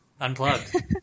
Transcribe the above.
Unplugged